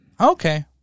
Okay